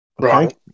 Right